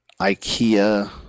Ikea